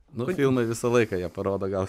nu filmai visą laiką jie parodo gal